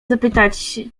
zapytać